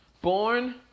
born